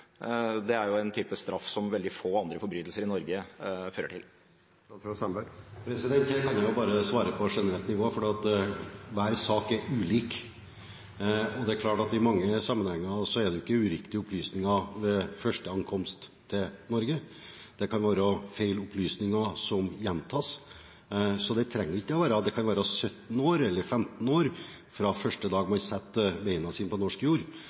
Det er en type straff som veldig få andre forbrytelser i Norge fører til. Her kan jeg bare svare på generelt nivå, for hver sak er ulik. I mange sammenhenger er det ikke uriktige opplysninger ved første ankomst til Norge – det kan være feil opplysninger som gjentas. Så det kan være snakk om 17 år eller 15 år, fra første dag man setter beina sine på norsk jord.